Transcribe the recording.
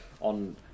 on